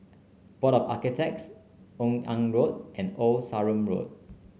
Board of Architects Yung An Road and Old Sarum Road